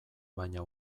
baina